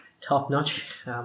top-notch